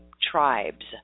tribes